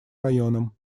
районам